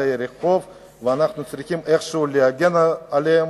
רחוב ואנחנו צריכים איכשהו להגן עליהם.